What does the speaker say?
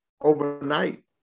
overnight